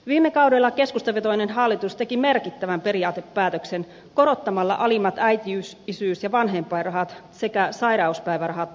viime kaudella keskustavetoinen hallitus teki merkittävän periaatepäätöksen korottamalla alimmat äitiys isyys ja vanhempainrahat sekä sairauspäivärahat työmarkkinatuen tasolle